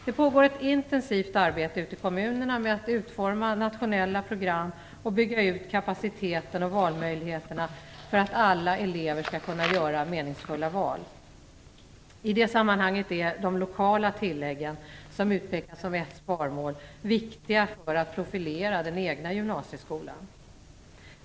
Det pågår ett intensivt arbete ute i kommunerna med att utforma nationella program och bygga ut kapaciteten och valmöjligheterna för att alla elever skall kunna göra meningsfulla val. I det sammanhanget är de lokala tilläggen, som utpekas som ett sparmål, viktiga för att profilera den egna gymnasieskolan.